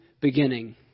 beginning